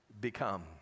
become